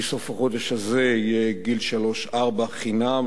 מסוף החודש הזה יהיה גיל שלוש-ארבע חינם,